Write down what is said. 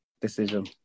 decision